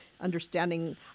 understanding